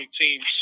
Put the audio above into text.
teams